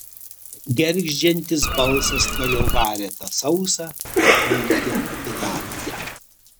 gergždžiantis balsas toliau varė tą sausą nykią epitafiją